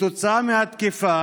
כתוצאה מהתקיפה